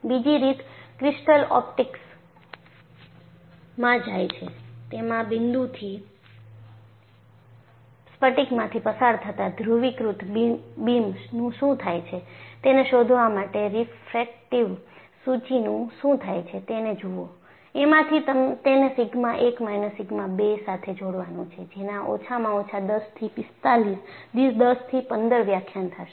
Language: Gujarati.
બીજી રીત ક્રિસ્ટલ ઓપ્ટિક્સમાં જાયે છે તેમાં બિંદુથી સ્ફટિકમાંથી પસાર થતા ધ્રુવીકૃત બીમનું શું થાય છે તેને શોધવા માટે રીફ્રેક્ટિવ સુચિનું શું થાય છે તેને જુઓ એમાંથી તેને સિગ્મા 1 માઈનસ સિગ્મા 2 સાથે જોડવાનું છે જેના ઓછામાં ઓછા 10 થી 15 વ્યાખ્યાન થાશે